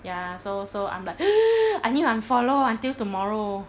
ya so so I'm like I nee~ unfollow until tomorrow